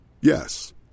Yes